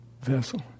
vessel